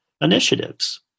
initiatives